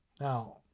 Now